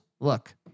Look